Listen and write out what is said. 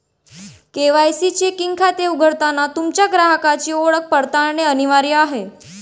KYC checking खाते उघडताना तुमच्या ग्राहकाची ओळख पडताळणे अनिवार्य आहे